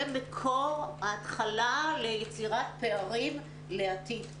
זה מקור ההתחלה ליצירת פערים בעתיד.